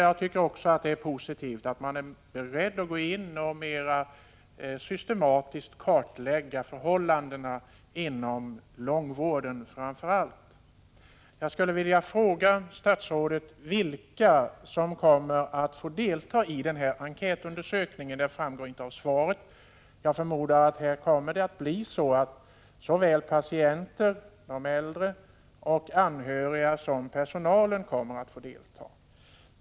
Jag tycker också att det är positivt att man är beredd att gå in och mera systematiskt kartlägga förhållandena, framför allt inom långvården. Jag skulle vilja fråga statsrådet vilka som kommer att få delta i enkätundersökningen — det framgår inte av svaret. Jag förmodar att såväl patienter — de äldre — och anhöriga som personal får delta.